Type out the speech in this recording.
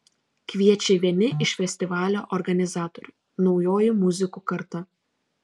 kviečia vieni iš festivalio organizatorių naujoji muzikų karta